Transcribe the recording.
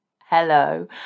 Hello